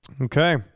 Okay